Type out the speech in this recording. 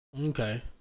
Okay